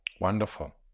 Wonderful